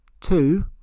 two